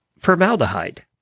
Formaldehyde